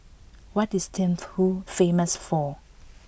what is Thimphu famous for